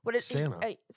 Santa